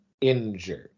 injured